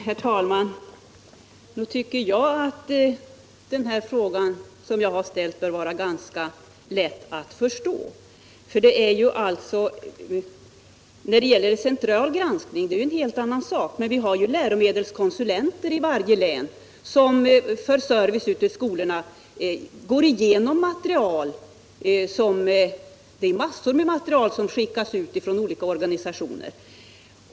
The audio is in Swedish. Herr talman! Nog tycker jag att den fråga jag har ställt bör vara ganska lätt att förstå. När det gäller central granskning är det en helt annan sak. Men vi har ju läromedelskonsulenter i varje län som för service till skolorna går igenom de mängder av material som skickas ut från olika organisationer.